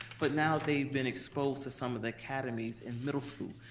but now they've been exposed to some of the academies in middle school,